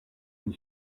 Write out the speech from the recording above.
une